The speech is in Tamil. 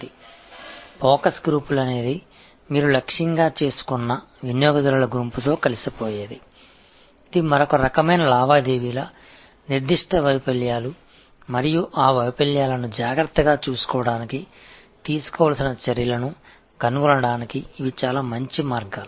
ஃபோகஸ் குரூப்ஸ் என்பது நீங்கள் இலக்கு வைக்கப்பட்ட கஸ்டமர்கள் குழுவுடன் சந்திக்கும் மற்றொரு வகையாகும் மேலும் குறிப்பிட்ட தோல்விகள் மற்றும் செயலிழப்புகளைக் கையாள்வதற்கு எடுக்கக்கூடிய நடவடிக்கைகள் ஆகியவற்றைக் கண்டறிய இது மிகவும் நல்ல வழிகள்